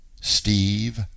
Steve